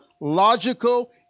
logical